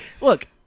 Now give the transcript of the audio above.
look